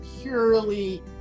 purely